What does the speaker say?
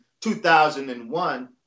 2001